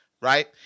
right